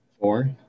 Four